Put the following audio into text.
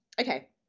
Okay